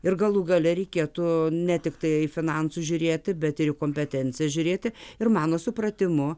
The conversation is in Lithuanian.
ir galų gale reikėtų ne tiktai finansų žiūrėti bet ir į kompetencijas žiūrėti ir mano supratimu